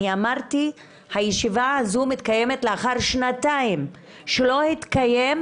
אני אמרתי: הישיבה הזו מתקיימת לאחר שנתיים שלא התקיימה